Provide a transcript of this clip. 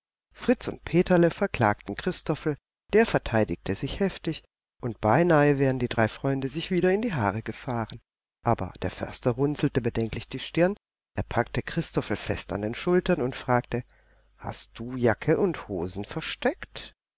fritz und peterle verklagten christophel der verteidigte sich heftig und beinahe wären die drei freunde sich wieder in die haare gefahren aber der förster runzelte bedenklich die stirn er packte christophel fest an den schultern und fragte hast du jacke und hosen versteckt